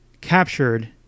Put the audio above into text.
captured